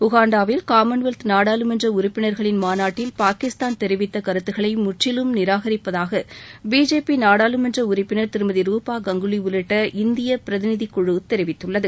உகாண்டாவில் Commonwealth நாடாளுமன்ற உறுப்பினர்களின் மாநாட்டில் பாகிஸ்தான் தெரிவித்த கருத்துகளை முற்றிலும் நிராகரிப்பதாக பிஜேபி நாடாளுமன்ற உறுப்பினர் திருமதி ரூபா கங்கூலி உள்ளிட்ட இந்திய பிரதிநிதி குழு தெரிவித்துள்ளது